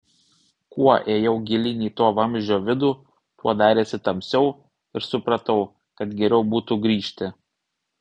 kuo ėjau gilyn į to vamzdžio vidų tuo darėsi tamsiau ir supratau kad geriau būtų grįžti